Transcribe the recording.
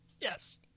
Yes